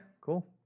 cool